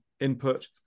input